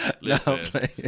listen